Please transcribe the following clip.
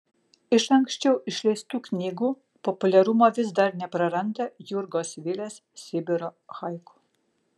iš anksčiau išleistų knygų populiarumo vis dar nepraranda jurgos vilės sibiro haiku